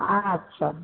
अच्छा